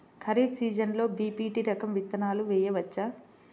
ఖరీఫ్ సీజన్లో బి.పీ.టీ రకం విత్తనాలు వేయవచ్చా?